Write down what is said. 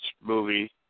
movie